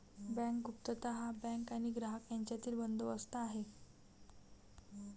bank गुप्तता हा bank आणि ग्राहक यांच्यातील बंदोबस्त आहे